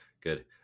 good